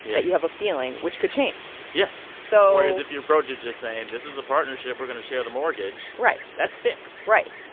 that you have a feeling which could change yes so. whereas if you approach it just saying, this is a partnership, we're going to share the mortgage. right. that's fixed right.